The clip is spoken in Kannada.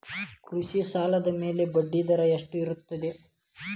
ಕೃಷಿ ಸಾಲದ ಮ್ಯಾಲೆ ಬಡ್ಡಿದರಾ ಎಷ್ಟ ಇರ್ತದ?